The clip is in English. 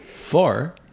four